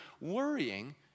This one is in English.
Worrying